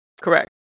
Correct